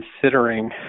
considering